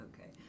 okay